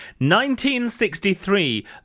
1963